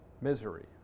misery